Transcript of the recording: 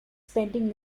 spending